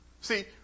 See